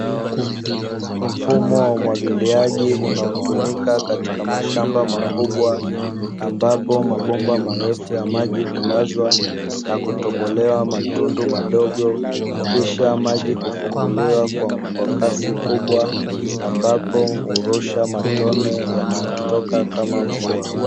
Mfumo wa umwagilaji unaotumika katika mashamba makubwa, ambapo mabomba marefu ya maji hulazwa na kutobolewa matundu madogo, kisha maji kufunguliwa kwa kasi kubwa ambapo hurusha matone yanayotoka kama mvua.